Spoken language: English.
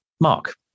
Mark